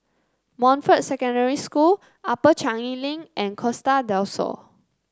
Montfort Secondary School Upper Changi Link and Costa Del Sol